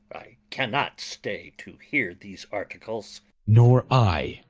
i cannot stay to heare these articles nor i